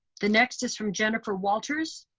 the next is from jennifer walters.